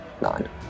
Nine